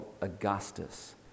Augustus